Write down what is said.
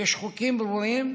יש חוקים ברורים,